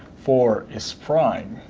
four is prime